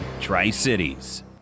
Tri-Cities